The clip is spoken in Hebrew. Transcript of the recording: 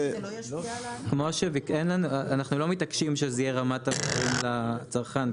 אנחנו לא מתעקשים שזה יהיה רמת המחירים לצרכן,